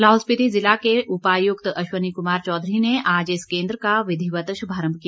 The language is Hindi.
लाहौल स्पिति ज़िला के उपायुक्त अश्वनी कुमार चौधरी ने आज इस केन्द्र का विधिवत शुभारंभ किया